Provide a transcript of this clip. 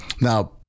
Now